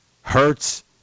Hurts